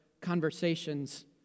conversations